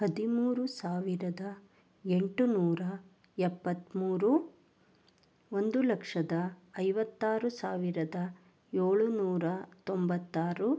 ಹದಿಮೂರು ಸಾವಿರದ ಎಂಟುನೂರ ಎಪ್ಪತ್ಮೂರು ಒಂದು ಲಕ್ಷದ ಐವತ್ತಾರು ಸಾವಿರದ ಏಳುನೂರ ತೊಂಬತ್ತಾರು